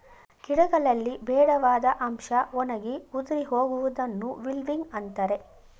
ಗಿಡಗಳಲ್ಲಿ ಬೇಡವಾದ ಅಂಶ ಒಣಗಿ ಉದುರಿ ಹೋಗುವುದನ್ನು ವಿಲ್ಟಿಂಗ್ ಅಂತರೆ